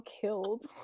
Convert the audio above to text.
killed